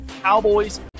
Cowboys